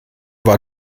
war